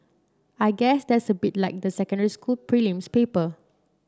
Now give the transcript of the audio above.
I guess that's a bit like the secondary school prelims papers